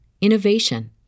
innovation